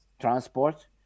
transport